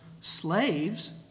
slaves